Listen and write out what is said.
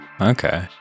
Okay